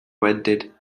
vented